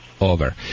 over